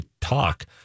talk